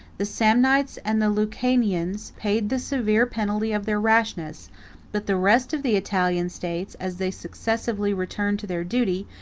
the samnites and the lucanians paid the severe penalty of their rashness but the rest of the italian states, as they successively returned to their duty,